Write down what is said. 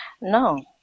No